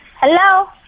Hello